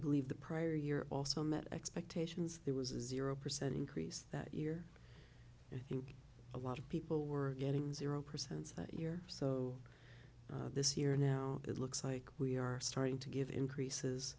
believe the prior year also met expectations there was a zero percent increase that year and a lot of people were getting zero percent that year so this year now it looks like we are starting to give increases